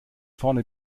vorne